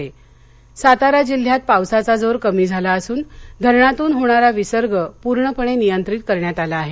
सातारा सातारा जिल्ह्यात पावसाचा जोर कमी झाला असून धरणातून होणारा विसर्ग पूर्णपणे नियंत्रित करण्यात आला आहे